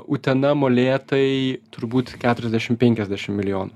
utena molėtai turbūt keturiasdešim penkiasdešim milijonų